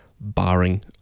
barring